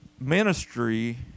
ministry